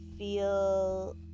feel